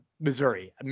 Missouri